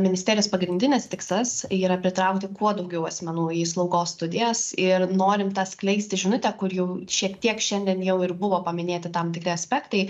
ministerijos pagrindinis tikslas yra pritraukti kuo daugiau asmenų į slaugos studijas ir norim skleisti žinutę kur jau šiek tiek šiandien jau ir buvo paminėti tam tikri aspektai